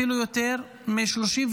אפילו יותר מ-32,000,